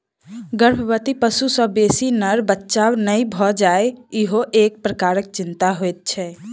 गर्भवती पशु सॅ बेसी नर बच्चा नै भ जाय ईहो एक प्रकारक चिंता होइत छै